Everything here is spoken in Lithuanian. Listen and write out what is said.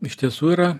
iš tiesų yra